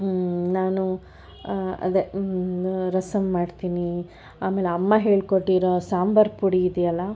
ನಾನು ಅದೇ ರಸಂ ಮಾಡ್ತೀನಿ ಆಮೇಲೆ ಅಮ್ಮ ಹೇಳ್ಕೊಟ್ಟಿರೋ ಸಾಂಬಾರ್ ಪುಡಿಯಿದೆಯಲ್ಲ